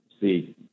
see